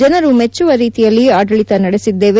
ಜನರು ಮೆಚ್ಚುವ ರೀತಿಯಲ್ಲಿ ಆಡಳಿತ ನಡೆಸಿದ್ದೇವೆ